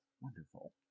Wonderful